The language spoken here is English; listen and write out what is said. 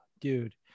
dude